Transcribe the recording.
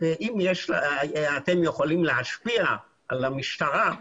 אם אתם יכולים להשפיע על המשטרה,